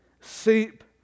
seep